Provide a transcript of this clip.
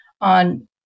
on